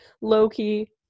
low-key